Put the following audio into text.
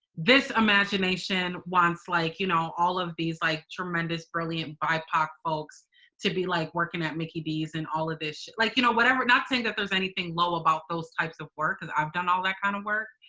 this imagination wants, like, you know, all of these like tremendous, brilliant bipoc folks to be like working at mickey dees and all of this like, you know, whatever. not saying that there's anything low about those types of work. i've done all that kind of work.